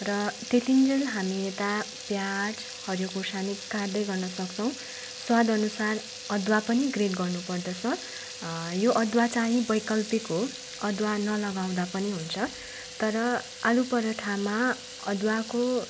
र त्यतिन्जेल हामी यता पियाज हरियो खोर्सानी काट्दै गर्नसक्छौँ स्वादअनुसार अदुवा पनि ग्रेड गर्नुपर्दछ यो अदुवा चाहिँ वैकल्पिक हो अदुवा नलगाउँदा पनि हुन्छ तर आलु पराठामा अदुवाको